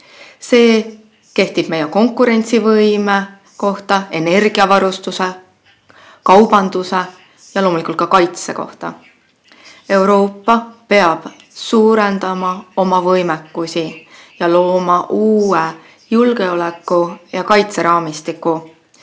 See kehtib meie konkurentsivõime, energiavarustuse, kaubanduse ja loomulikult kaitse kohta. Euroopa peab suurendama oma võimekusi ning looma uue julgeoleku- ja kaitseraamistiku,